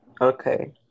Okay